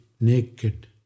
naked